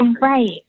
Right